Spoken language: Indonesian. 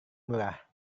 murah